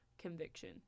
conviction